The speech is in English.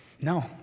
No